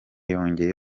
yongeye